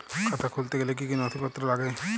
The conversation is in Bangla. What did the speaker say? খাতা খুলতে গেলে কি কি নথিপত্র লাগে?